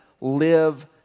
live